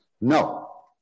No